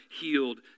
healed